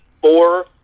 four